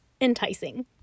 enticing